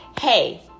hey